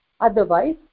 Otherwise